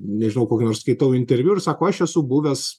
nežinau kokį nors skaitau interviu ir sako aš esu buvęs